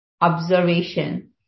observation